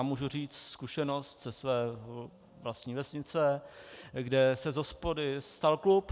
Můžu říct zkušenost ze své vlastní vesnice, kde se z hospody stal klub.